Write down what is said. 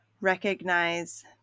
recognize